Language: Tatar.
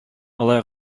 алай